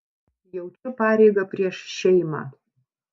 jaučiu pareigą prieš šeimą